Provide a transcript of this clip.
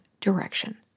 direction